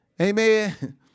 Amen